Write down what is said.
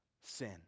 sin